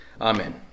Amen